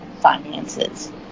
finances